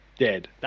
Dead